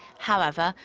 however,